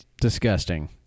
disgusting